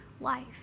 life